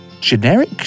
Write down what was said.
generic